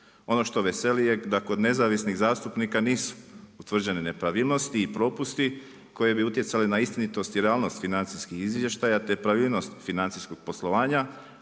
Ono što veseli je da kod nezavisnih zastupnika nisu utvrđene nepravilnosti i propusti koji bi utjecali na istinitost i realnost financijskih izvještaja, te pravilnost financijskog poslovanja.